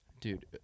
dude